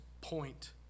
point